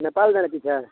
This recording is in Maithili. नेपाल जाइके छै